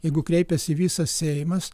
jeigu kreipiasi visas seimas